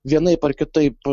vienaip ar kitaip